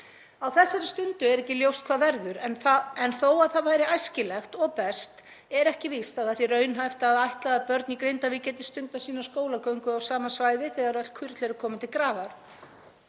Á þessari stundu er ekki ljóst hvað verður en þó að það væri æskilegt og best er ekki víst að það sé raunhæft að ætla að börn í Grindavík geti stundað sína skólagöngu á sama svæði þegar öll kurl eru komin til grafar.